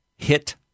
hit